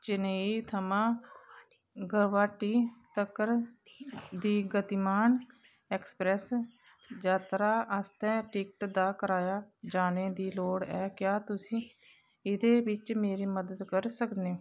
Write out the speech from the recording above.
चेन्नई थमां दा गोवाहाटी तक्कर दी गतिमान एक्सप्रेस जात्तरा आस्तै टिकट दा कराया जाने दी लोड़ ऐ क्या तुस एह्दे बिच मेरी मदद करी सकदे ओ